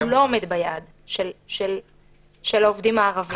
לא עומד ביעד של העובדים הערבים.